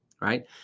Right